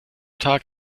tag